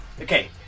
okay